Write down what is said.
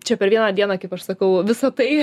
čia per vieną dieną kaip aš sakau visa tai